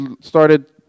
started